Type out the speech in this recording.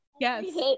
yes